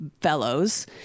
fellows